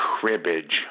cribbage